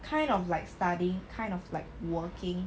kind of like study kind of like working